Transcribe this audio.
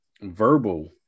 verbal